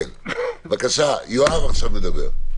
בבקשה, יואב עכשיו מדבר.